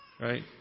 Right